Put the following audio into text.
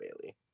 Bailey